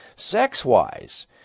Sex-wise